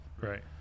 right